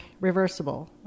reversible